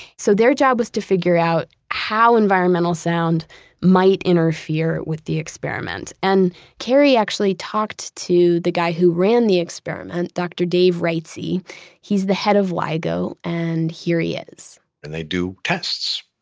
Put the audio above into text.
so, their job was to figure out how environmental sound might interfere with the experiment. and carrie actually talked to the guy who ran the experiment, dr. dave reitze, he's the head of ligo and here he is and they do tests.